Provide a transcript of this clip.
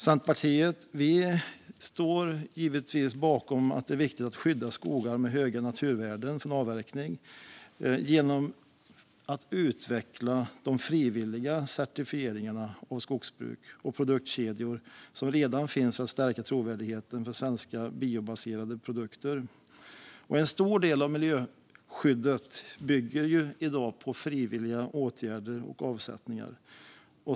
Centerpartiet står givetvis bakom att det är viktigt att skydda skogar med höga naturvärden från avverkning genom att utveckla de frivilliga certifieringarna av skogsbruk och produktkedjor som redan finns för att stärka trovärdigheten för svenska biobaserade produkter. En stor del av miljöskyddet bygger i dag på frivilliga åtgärder och avsättningar.